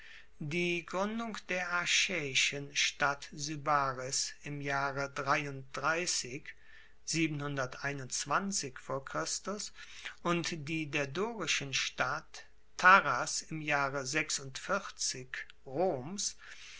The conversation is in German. die gruendung der achaeischen stadt sybaris im jahre und die der dorischen stadt taras im jahre roms